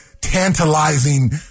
tantalizing